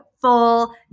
full